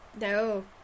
no